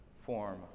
form